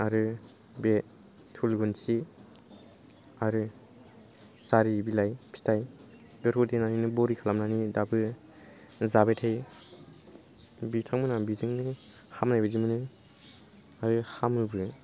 आरो बे थुलुंसि आरो जारि बिलाइ फिथाइ बेफोरखौ देनानैनो बरि खालामनानै दाबो जाबाय थायो बिथांमोनहा बेजोंनो हामनाय बायदि मोनो आरो हामोबो